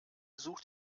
sucht